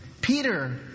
Peter